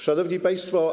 Szanowni Państwo!